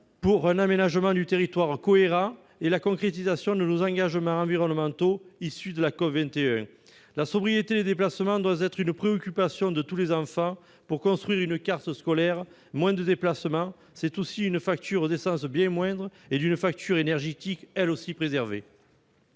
pour un aménagement du territoire cohérent et la concrétisation de nos engagements environnementaux issus de la COP21. La sobriété des déplacements doit être une préoccupation de tous les instants dans l'élaboration d'une carte scolaire : moins de déplacements, c'est aussi une facture d'essence et une facture énergétique bien moindres.